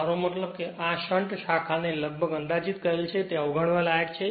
મારો મતલબ કે અમે આ શન્ટ શાખાને લગભગ અંદાજીત કરેલ છે તે અવગણવા લાયક છે